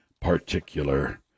particular